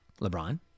LeBron